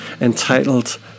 entitled